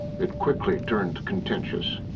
it quickly turned contentious.